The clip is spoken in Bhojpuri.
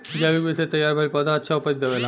जैविक विधि से तैयार भईल पौधा अच्छा उपज देबेला